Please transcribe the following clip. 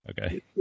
Okay